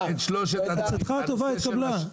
עצתך הטובה התקבלה.